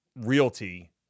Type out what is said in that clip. realty